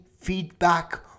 feedback